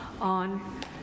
on